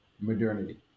modernity